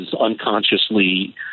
unconsciously